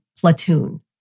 platoon